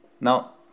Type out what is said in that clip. Now